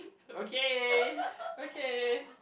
okay okay